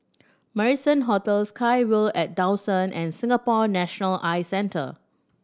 Marrison Hotel SkyVille at Dawson and Singapore National Eye Centre